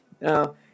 no